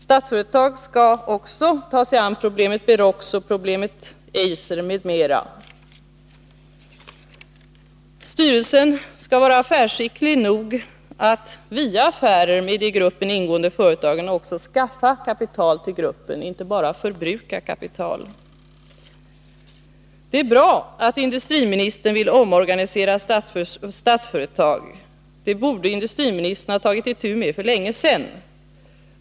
Statsföretag skall också ta sig an problemet Beroxo och problemet Eiser, m.m. Statsföretags styrelse skall vara affärsskicklig nog att via affärer med i gruppen ingående företag också skaffa kapital till gruppen, inte bara förbruka kapital. Det är bra att industriministern vill omorganisera Statsföretag. Det borde industriministern ha tagit itu med för länge sedan.